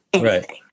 Right